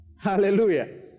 Hallelujah